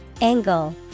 Angle